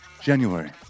January